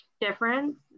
difference